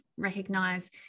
Recognize